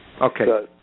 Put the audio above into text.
Okay